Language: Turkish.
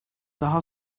daha